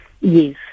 Yes